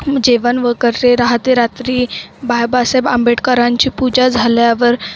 जेवण वगैरे राहते रात्री बाबासाहेब आंबेडकरांची पूजा झाल्यावर